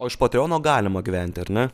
o iš patreono galima gyventi ar ne